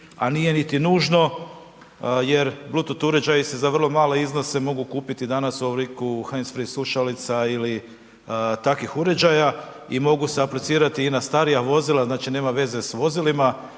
a nije niti nužno jer Bleutooth uređaji se za vrlo male iznose mogu kupiti danas u obliku heinz free slušalica ili takvih uređaja i mogu se aplicirati i na starija vozila, znači nema veze s vozilima,